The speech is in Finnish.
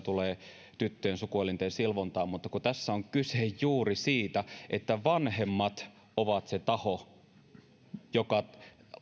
tulee tyttöjen sukuelinten silvontaan mutta kun tässä on kyse juuri siitä että vanhemmat ovat se taho joka